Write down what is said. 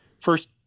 first